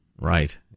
right